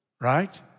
right